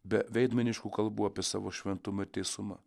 be veidmainiškų kalbų apie savo šventumą teisumą